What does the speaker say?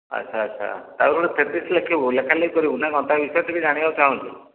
ଆଚ୍ଛା ଆଚ୍ଛା ତା'ର ଗୋଟେ ଥେସିସ୍ ଲେଖିବୁ ଲେଖାଲେଖି କରିବୁ ନା କ'ଣ ତା ବିଷୟରେ ଟିକିଏ ଜାଣିବାକୁ ଚାହୁଁଛୁ